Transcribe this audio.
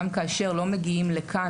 גם כאשר לא מגיעים לכאן,